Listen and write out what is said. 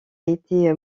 été